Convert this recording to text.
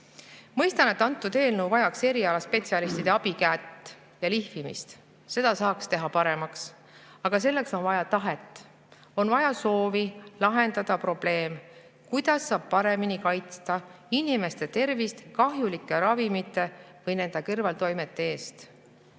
Mõistan, et eelnõu vajaks spetsialistide abikätt ja lihvimist. Seda saaks teha paremaks. Aga selleks on vaja tahet. On vaja soovi lahendada probleem, kuidas saab paremini kaitsta inimeste tervist kahjulike ravimite või nende kõrvaltoimete eest.